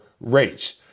rates